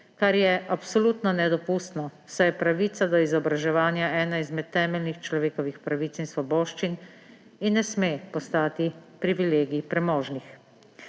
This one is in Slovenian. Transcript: kar je absolutno nedopustno, saj je pravica do izobraževanja ena izmed temeljnih človekovih pravic in svoboščin ter ne sme postati privilegij premožnih.